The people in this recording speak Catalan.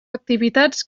activitats